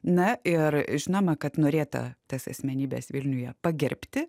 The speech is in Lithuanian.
na ir žinoma kad norėta tas asmenybes vilniuje pagerbti